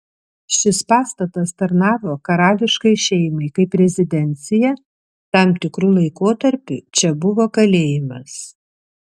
šis pastatas tarnavo karališkai šeimai kaip rezidencija tam tikru laikotarpiu čia buvo kalėjimas